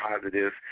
positive